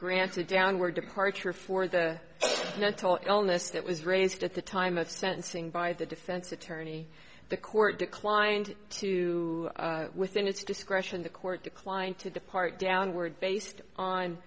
grant a downward departure for the no toll illness that was raised at the time of sentencing by the defense attorney the court declined to within its discretion the court declined to depart downward based on